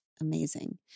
Amazing